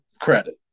credit